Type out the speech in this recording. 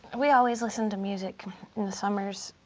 we always listened to music in the summers